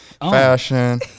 fashion